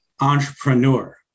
entrepreneur